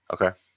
Okay